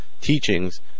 teachings